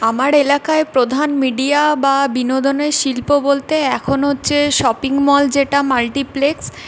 আমার এলাকায় প্রধান মিডিয়া বা বিনোদনের শিল্প বলতে এখন হচ্ছে শপিং মল যেটা মাল্টিপ্লেক্স